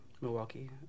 Milwaukee